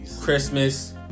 christmas